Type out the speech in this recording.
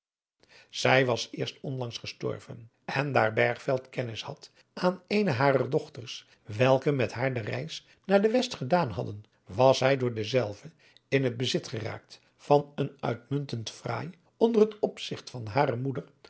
zij was eerst onlangs gestorven en daar bergveld kennis had aan eene harer dochters welke met haat de reis naar de west gedaan hadden was hij door dezelve in het bezit geraakt van een uitmuntend fraai onder het opzigt van hare moeder